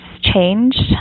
changed